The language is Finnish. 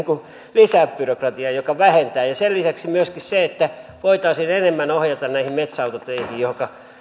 lisää byrokratiaa vaan vähentävät ja sen lisäksi myöskin voitaisiin enemmän ohjata näihin metsäautoteihin joihinka